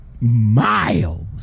miles